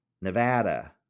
Nevada